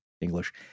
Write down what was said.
English